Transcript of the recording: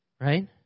right